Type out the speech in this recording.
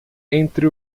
entre